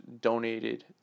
donated